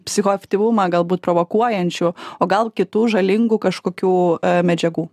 psichoaktyvumą galbūt provokuojančių o gal kitų žalingų kažkokių medžiagų